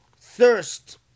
thirst